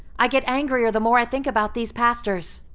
i get angrier the more i think about these pastors!